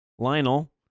Lionel